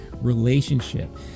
relationship